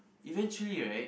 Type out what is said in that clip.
eventually right